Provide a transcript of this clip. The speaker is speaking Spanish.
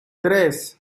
tres